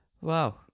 Wow